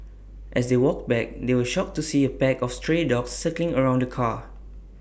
as they walked back they were shocked to see A pack of stray dogs circling around the car